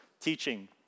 teaching